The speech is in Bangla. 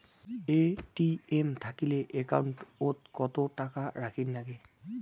এ.টি.এম থাকিলে একাউন্ট ওত কত টাকা রাখীর নাগে?